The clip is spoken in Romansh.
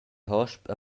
hosp